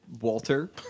Walter